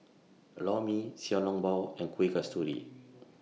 Lor Mee Xiao Long Bao and Kuih Kasturi